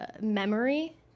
memory